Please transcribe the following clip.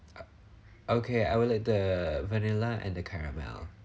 okay I would like the vanilla and the caramel